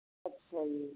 ਅੱਛਾ ਜੀ